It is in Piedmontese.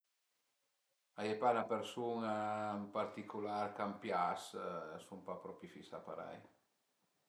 A ie pa 'na persun-a ën particular ch'an pias, sun pa propi fisà parei